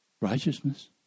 righteousness